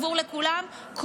עבור כולם,